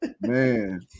Man